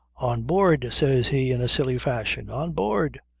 on board! says he in a silly fashion. on board!